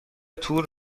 تور